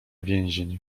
więzień